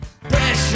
Pressure